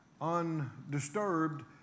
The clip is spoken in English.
undisturbed